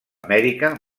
amèrica